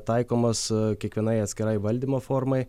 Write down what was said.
taikomos kiekvienai atskirai valdymo formai